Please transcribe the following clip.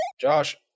Josh